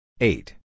Eight